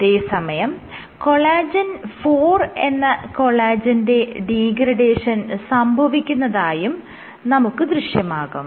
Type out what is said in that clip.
അതെ സമയം col 4 എന്ന കൊളാജെന്റെ ഡീഗ്രഡേഷൻ സംഭവിക്കുന്നതായും നമുക്ക് ദൃശ്യമാകും